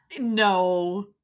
no